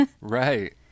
Right